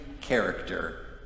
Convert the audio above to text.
character